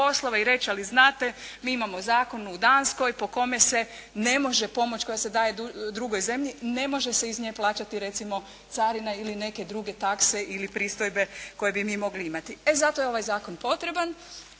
i reći ali znate mi imamo zakon u Danskoj po kome se ne može pomoć koja se daje drugoj zemlje ne može se iz nje plaćati recimo carina ili neke druge takse ili pristojbe koje bi mi mogli imati. E zato je ovaj zakon potreban.